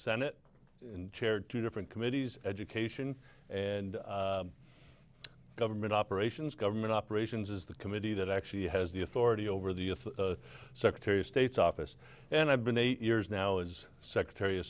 senate chaired two different committees education and government operations government operations is the committee that actually has the authority over the secretary of state's office and i've been eight years now as secretary of